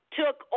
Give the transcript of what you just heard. took